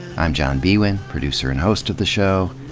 i'm john biewen, producer and host of the show.